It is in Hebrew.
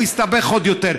הוא הסתבך עוד יותר.